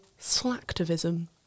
slacktivism